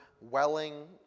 welling